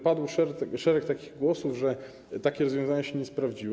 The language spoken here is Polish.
Padło szereg takich głosów, że takie rozwiązania się nie sprawdziły.